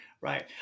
right